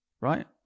right